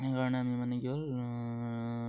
সেইকাৰণে আমি মানে কি হ'ল